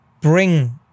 bring